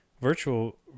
Virtual